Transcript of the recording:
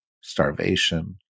starvation